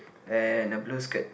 and a blue skirt